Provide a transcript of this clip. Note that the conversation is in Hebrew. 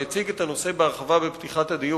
שהציג את הנושא בהרחבה בפתיחת הדיון,